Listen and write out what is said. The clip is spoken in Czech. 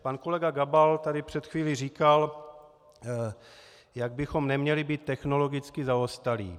Pan kolega Gabal tady před chvílí říkal, jak bychom neměli být technologicky zaostalí.